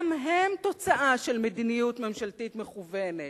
גם הם תוצאה של מדיניות ממשלתית מכוונת.